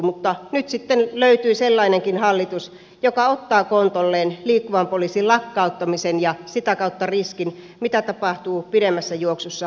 mutta nyt sitten löytyy sellainenkin hallitus joka ottaa kontolleen liikkuvan poliisin lakkauttamisen ja sitä kautta riskin mitä tapahtuu pidemmässä juoksussa liikenneturvallisuudelle